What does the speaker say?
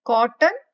Cotton